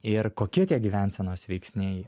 ir kokie tie gyvensenos veiksniai